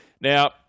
Now